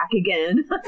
again